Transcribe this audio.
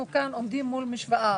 אנחנו כאן עומדים מול משוואה,